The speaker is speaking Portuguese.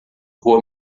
rua